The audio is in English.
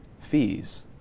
fees